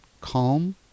calm